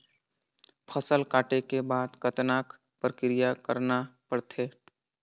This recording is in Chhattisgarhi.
फसल काटे के बाद कतना क प्रक्रिया करना पड़थे?